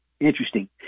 Interesting